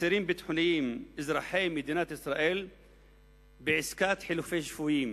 אסירים ביטחוניים אזרחי מדינת ישראל בעסקת חילופי שבויים.